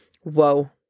whoa